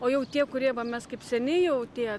o jau tie kurie va mes kaip seni jau tie